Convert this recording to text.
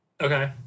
Okay